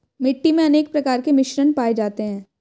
मिट्टी मे अनेक प्रकार के मिश्रण पाये जाते है